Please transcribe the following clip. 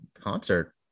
concert